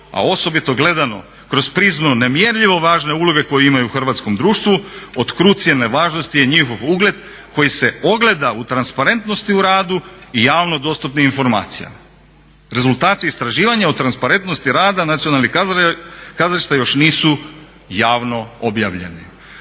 a osobito gledano kroz prizmu nemjerljivo važne uloge koju imaju u hrvatskom društvu od krucijalne važnosti je njihov ugled koji se ogleda u transparentnosti u radu i javno dostupnim informacijama. Rezultati istraživanja o transparentnosti rada nacionalnih kazališta još nisu javno objavljeni.".